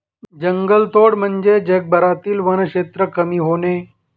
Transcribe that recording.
जंगलतोड म्हणजे जगभरातील वनक्षेत्र कमी होणे